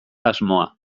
asmoa